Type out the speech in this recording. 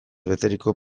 beteriko